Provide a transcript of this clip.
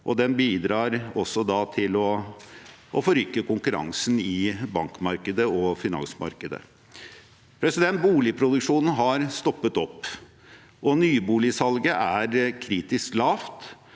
den bidrar også til å forrykke konkurransen i bankmarkedet og finansmarkedet. Boligproduksjonen har stoppet opp, og nyboligsalget er kritisk lavt.